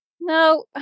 No